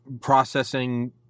processing